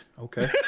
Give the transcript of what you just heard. Okay